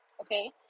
Okay